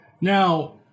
Now